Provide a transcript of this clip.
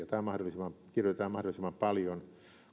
kirjoitetaan mahdollisimman paljon